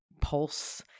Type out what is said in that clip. pulse